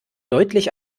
deutlich